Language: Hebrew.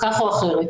כך או אחרת.